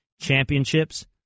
championships